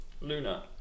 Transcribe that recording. Luna